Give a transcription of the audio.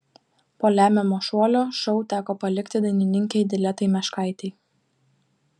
po lemiamo šuolio šou teko palikti dainininkei diletai meškaitei